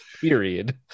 period